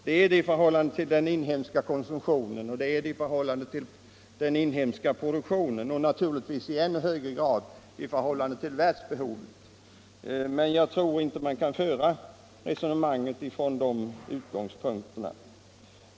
Det är den i förhållande till den inhemska konsumtionen och det är den också i förhållande till den inhemska produktionen och naturligtvis i ännu högre grad i förhållande till världsbehovet. Men jag tror inte man kan föra resonemanget från de utgångspunkterna.